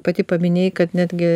pati paminėjai kad netgi